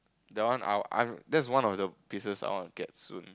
the one I'll I that's one of the pieces I want to get soon